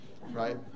right